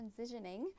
transitioning